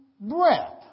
breath